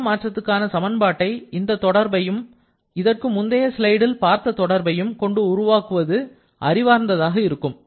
சிதற மாற்றத்துக்கான சமன்பாட்டை இந்த தொடர்பையும் இதற்கு முந்தைய ஸ்லைடில் பார்த்த தொடர்பையும் கொண்டு உருவாக்குவது அறிவார்ந்ததாக இருந்திருக்கும்